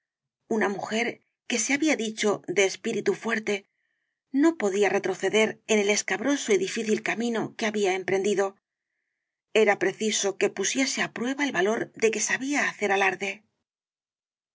una mujer que se había dicho de espíritu fuerte no podía retroceder en el escabroso y difícil camino que había emprendido era preciso que pusiese á prueba el valor de que sabía hacer alarde en